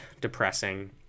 depressing